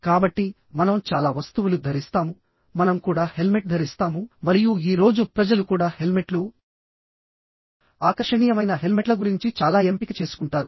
కాబట్టి మనం చాలా వస్తువులు ధరిస్తాము మనం కూడా హెల్మెట్ ధరిస్తాము మరియు ఈ రోజు ప్రజలు కూడా హెల్మెట్లు ఆకర్షణీయమైన హెల్మెట్ల గురించి చాలా ఎంపిక చేసుకుంటారు